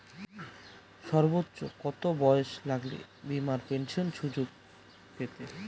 সর্বোচ্চ কত বয়স লাগে বীমার পেনশন সুযোগ পেতে?